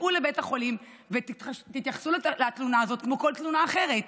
סעו לבית החולים ותתייחסו לתלונה הזאת כמו לכל תלונה אחרת.